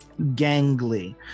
gangly